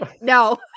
no